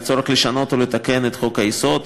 לצורך לשנות או לתקן את חוק-היסוד,